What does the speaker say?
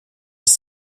ist